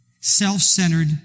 self-centered